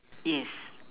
yes